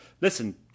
listen